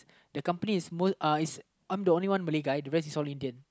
the company is is I'm the only one Malay guy the rest is all Indian